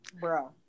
Bro